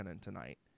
tonight